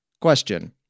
question